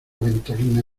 ventolina